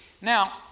Now